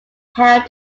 held